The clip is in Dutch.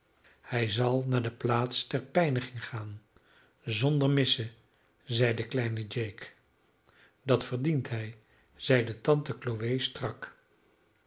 hij zal naar de plaats der pijning gaan zonder missen zeide kleine jake dat verdient hij zeide tante chloe strak